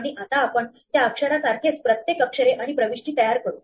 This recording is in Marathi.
आणि आता आपण त्या अक्षरा सारखेच प्रत्येक अक्षरे आणि प्रविष्टी तयार करू